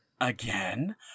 Again